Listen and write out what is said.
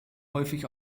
häufig